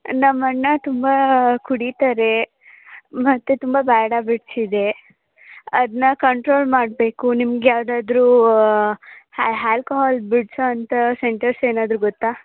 ನಮ್ಮ ಅಣ್ಣ ತುಂಬ ಕುಡಿತಾರೆ ಮತ್ತು ತುಂಬ ಬ್ಯಾಡ್ ಹ್ಯಾಬಿಟ್ಸ್ ಇದೆ ಅದನ್ನ ಕಂಟ್ರೋಲ್ ಮಾಡಬೇಕು ನಿಮ್ಗೆ ಯಾವುದಾದ್ರೂ ಹ್ಯಾಲ್ಕೋಹಾಲ್ ಬಿಡಿಸೋ ಅಂಥ ಸೆಂಟರ್ಸ್ ಏನಾದರೂ ಗೊತ್ತಾ